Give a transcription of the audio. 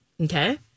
Okay